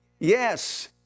Yes